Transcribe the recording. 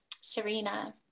Serena